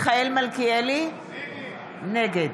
מיכאל מלכיאלי, נגד